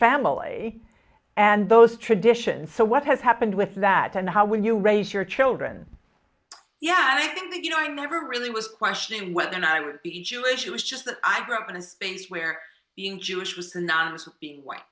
family and those traditions so what has happened with that and how when you raise your children yeah i think that you know i never really was questioning whether i would be jewish it was just that i grew up in a space where being jewish was synonymous with being white